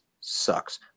sucks